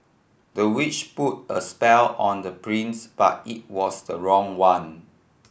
the witch put a spell on the prince but it was the wrong one